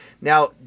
Now